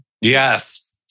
Yes